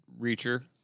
Reacher